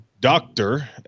doctor